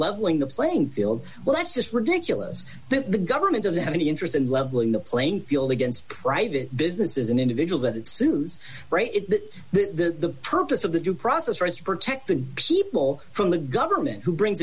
leveling the playing field well that's just ridiculous that the government doesn't have any interest in leveling the playing field against private business is an individual that sues the purpose of the due process rights to protect the people from the government who brings